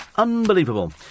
Unbelievable